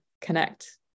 connect